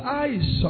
eyes